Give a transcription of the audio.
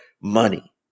money